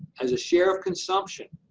as a share of consumption,